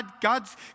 God's